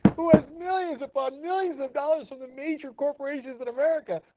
who has millions upon millions of dollars from the major corporations in america.